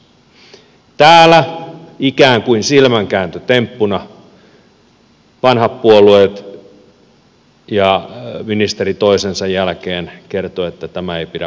täällä ikään kuin silmänkääntötemppuna vanhat puolueet ja ministeri toisensa jälkeen kertovat ettei tämä pidä paikkaansa